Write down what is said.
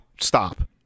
stop